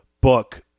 book